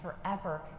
forever